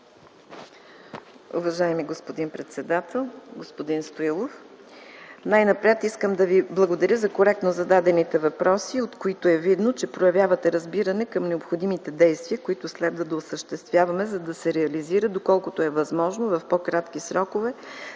Уважаеми господин председател, господин Стоилов! Най-напред искам да Ви благодаря за коректно зададените въпроси, от които е видно, че проявявате разбиране към необходимите действия, които следва да осъществяваме, за да се реализира, доколкото е възможно, в по-кратки срокове